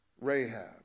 Rahab